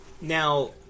Now